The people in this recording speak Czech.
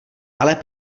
ale